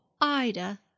Ida